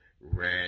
red